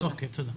תודה.